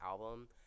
album